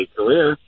career